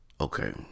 Okay